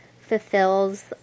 fulfills